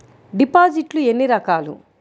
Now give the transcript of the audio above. డిపాజిట్లు ఎన్ని రకాలు?